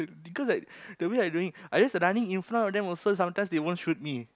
because like the way I running I just running in front of them also sometimes they won't shoot me